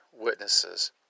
witnesses